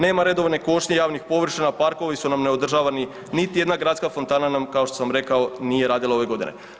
Nema redovne košnje javnih površina, parkovi su nam neodržavani niti jedna nam gradska fontana nam kao što sam rekao nije radila ove godine.